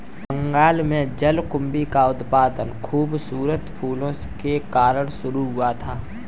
बंगाल में जलकुंभी का उत्पादन खूबसूरत फूलों के कारण शुरू हुआ था